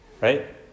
Right